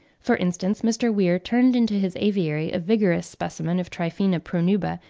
for instance, mr. weir turned into his aviary a vigorous specimen of triphaena pronuba,